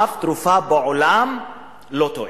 אף תרופה בעולם לא תועיל.